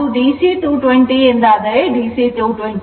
ಅದು ಡಿಸಿ 220 ಎಂದಾದರೆ ಡಿಸಿ 220 ಮಾತ್ರ